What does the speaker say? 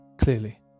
clearly